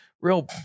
real